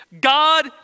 God